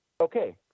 Okay